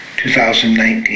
2019